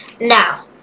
Now